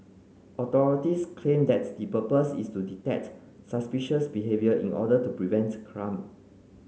authorities claim that's the purpose is to detect suspicious behaviour in order to prevent crime